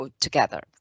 Together